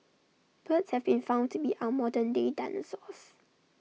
birds have been found to be our modern day dinosaurs